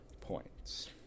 points